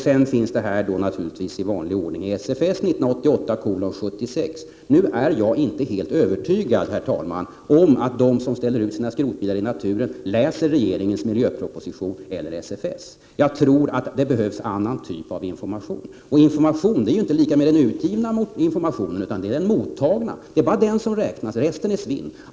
Så finns detta naturligtvis i vanlig ordning att läsa i Svensk författningssamling, SFS 1988:76. Nu är jag inte helt övertygad, herr talman, om att de som ställer ut sina skrotbilar i naturen läser regeringens miljöproposition eller Svensk författningssamling. Jag tror att det behövs annan typ av information. Information är inte lika med den utgivna informationen, utan det viktiga är den mottagna informationen. Det är bara den som räknas, resten är svinn.